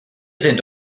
sind